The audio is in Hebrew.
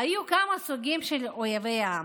היו כמה סוגים של אויבי העם: